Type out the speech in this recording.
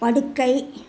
படுக்கை